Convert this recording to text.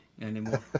anymore